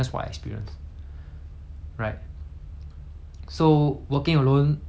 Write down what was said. so working alone I feel lah is a good thing and also a bad thing